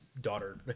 daughter